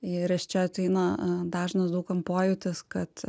ir iš čia ateina dažnas daug kam pojūtis kad